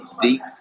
deep